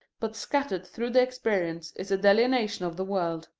but scattered through the experience is a delineation of the world.